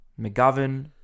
McGovern